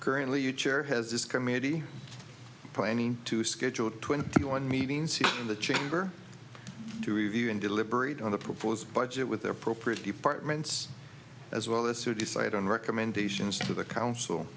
currently you chair has this committee planning to schedule twenty one meetings in the chamber to review and deliberate on the proposed budget with their property part ments as well as to decide on recommendations to the council